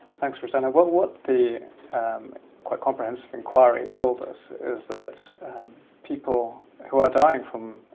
thanks rosanna. what what the quite comprehensive inquiry told us is that people who are dying from